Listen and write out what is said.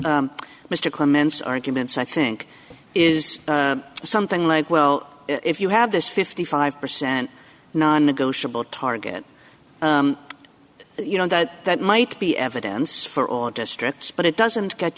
of mr comments arguments i think is something like well if you have this fifty five percent non negotiable target you know that that might be evidence for on districts but it doesn't get